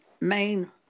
main